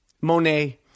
Monet